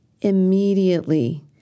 Immediately